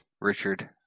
Richard